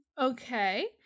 Okay